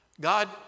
god